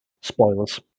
Spoilers